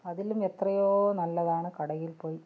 അതിലും എത്രയോ നല്ലതാണ് കടയിൽപ്പോയി